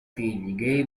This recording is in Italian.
figli